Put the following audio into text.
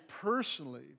personally